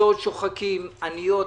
מקצועות שוחקים, עניות.